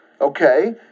okay